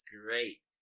great